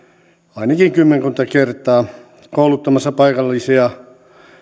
ainakin kymmenkunta kertaa kouluttamassa paikallisia